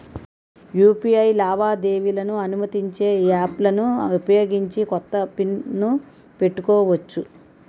UPI లావాదేవీలను అనుమతించే యాప్లలను ఉపయోగించి కొత్త పిన్ ను పెట్టుకోవచ్చు